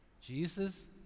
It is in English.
Jesus